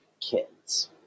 kids